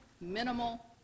minimal